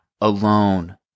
alone